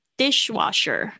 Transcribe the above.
dishwasher，